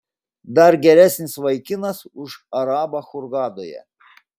dar geresnis vaikinas už arabą hurgadoje